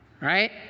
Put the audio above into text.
right